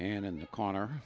and in the corner